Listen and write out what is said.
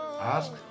Ask